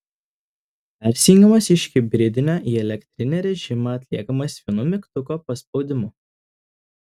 persijungimas iš hibridinio į elektrinį režimą atliekamas vienu mygtuko paspaudimu